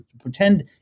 pretend